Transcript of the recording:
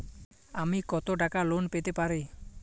আমি কত টাকা লোন পেতে পারি?